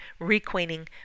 requeening